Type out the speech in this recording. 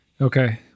Okay